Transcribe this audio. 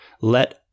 let